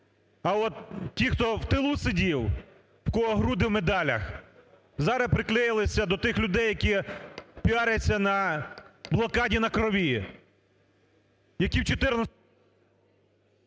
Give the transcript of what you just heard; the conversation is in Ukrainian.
а от ті, хто в тилу сидів, в кого груди в медалях, зараз приклеїлися до тих людей, які піаряться на блокаді, на крові, які в… ГОЛОВУЮЧИЙ.